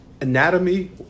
anatomy